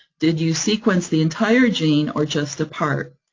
did you sequence the entire gene, or just a part?